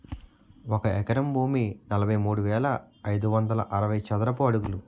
ఒక ఎకరం భూమి నలభై మూడు వేల ఐదు వందల అరవై చదరపు అడుగులు